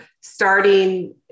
starting